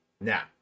Now